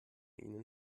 ihnen